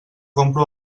compro